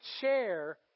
share